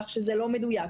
כך שזה לא מדויק.